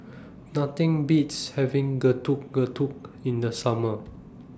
Nothing Beats having Getuk Getuk in The Summer